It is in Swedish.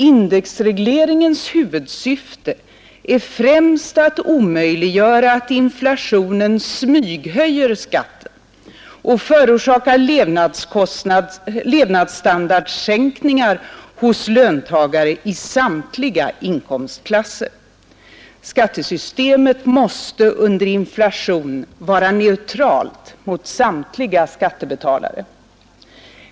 Indexregleringens huvudsyfte är att omöjliggöra att inflationen smyghöjer skatten och förorsakar levnadstandardsänkningar hos löntagare i samtliga inkomstklasser. Skattesystemet måste under inflation vara neutralt mot samtliga skattebetalare.